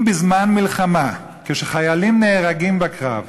אם בזמן מלחמה, כשחיילים נהרגים בקרב,